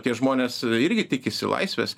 tie žmonės irgi tikisi laisvės